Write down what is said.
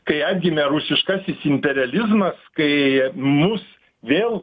kai atgimė rusiškasis imperializmas kai mus vėl